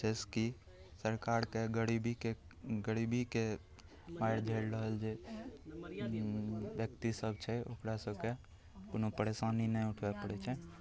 जाहिसेकि सरकारके गरीबीके गरीबीके मारि झेलि रहल छै व्यक्ति सभ छै ओकरा सभकेँ कोनो परेशानी नहि उठबै पड़ै छै